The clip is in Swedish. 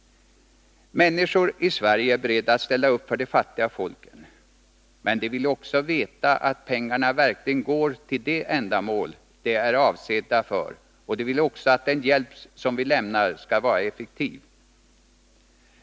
Människor i Sverige är beredda att ställa upp för de fattiga folken. Men de vill också veta att pengarna verkligen går till det ändamål de är avsedda för, och de vill också att den hjälp som vi lämnar skall vara effektiv.